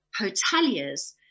hoteliers